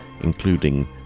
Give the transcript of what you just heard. including